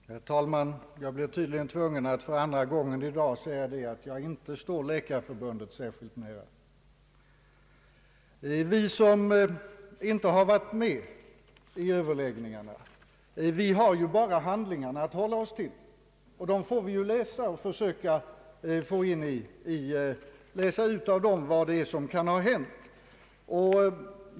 Herr talman! Jag blir tydligen tvungen att för andra gången i dag säga att jag inte står Läkarförbundet särskilt nära. Vi som inte deltagit i överläggningarna har ju bara handlingarna att hålla oss till och får av dem försöka läsa ut vad som kan ha hänt.